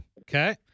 Okay